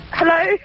Hello